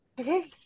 Okay